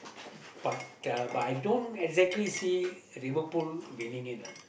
but the uh but I don't exactly see Liverpool winning it lah